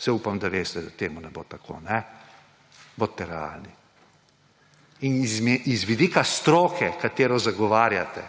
Saj, upam, da veste, da temu ne bo tako, kajne? Bodite realni in iz vidika stroke, katero zagovarjate,